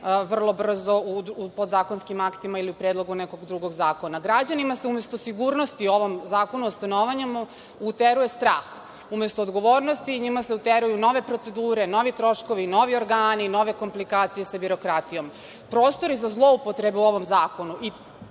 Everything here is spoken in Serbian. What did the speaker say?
vrlo brzo u podzakonskim aktima ili u predlogu nekog drugog zakona. Građanima se umesto sigurnosti ovim Zakonom o stanovanju, uteruje strah, umesto odgovornosti, njima se uteruju nove procedure, novi troškovi, novi organi, nove komplikacije sa birokratijom. Prostori za zloupotrebu u ovom zakonu,